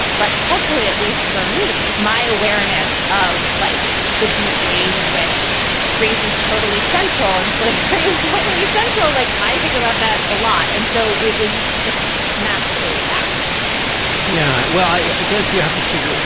but culturally, at least for me, my awareness of like the deep ways in which raises totally central and slavery is totally central, like i think about that a lot. and so it was just massively absent yeah. well, i guess you have to figure.